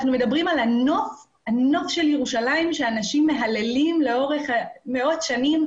אנחנו מדברים על הנוף של ירושלים שאנשים מהללים לאורך מאות שנים.